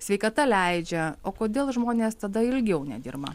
sveikata leidžia o kodėl žmonės tada ilgiau nedirba